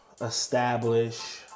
establish